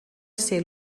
ser